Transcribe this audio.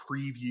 preview